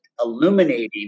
illuminating